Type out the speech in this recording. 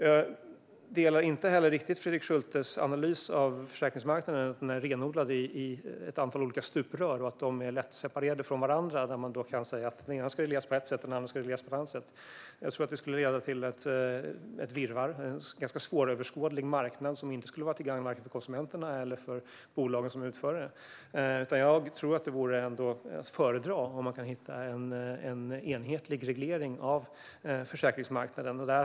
Jag delar inte heller riktigt Fredrik Schultes analys av försäkringsmarknaden, att den är renodlad i olika stuprör och att de är lättseparerade från varandra, så att man kan säga att den ena delen ska regleras på ett sätt och den andra delen på ett annat. Jag tror att det skulle leda till ett virrvarr och en ganska svåröverskådlig marknad som inte skulle vara till gagn vare sig för konsumenterna eller för bolagen som är utförare. Jag tror att det vore att föredra om man kan hitta en enhetlig reglering av försäkringsmarknaden.